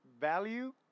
value